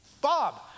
Bob